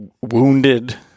wounded